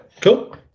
Cool